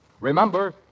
Remember